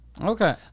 Okay